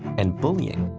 and bullying,